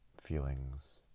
feelings